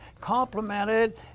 complimented